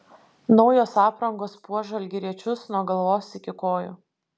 naujos aprangos puoš žalgiriečius nuo galvos iki kojų